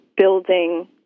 building